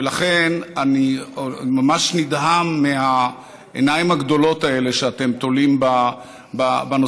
ולכן אני ממש נדהם מהעיניים הגדולות האלה שאתם תולים בנושא.